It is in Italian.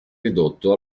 ridotto